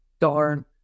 darn